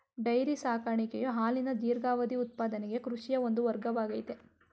dairy ಸಾಕಾಣಿಕೆಯು ಹಾಲಿನ ದೀರ್ಘಾವಧಿಯ ಉತ್ಪಾದನೆಗೆ ಕೃಷಿಯ ಒಂದು ವರ್ಗವಾಗಯ್ತೆ